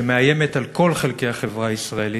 שמאיימת על כל חלקי החברה הישראלית.